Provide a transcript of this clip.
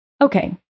Okay